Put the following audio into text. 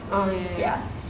mm ya